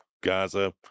gaza